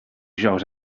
dijous